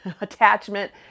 attachment